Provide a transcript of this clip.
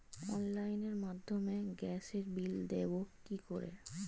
অনলাইনের মাধ্যমে গ্যাসের বিল দেবো কি করে?